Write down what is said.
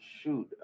Shoot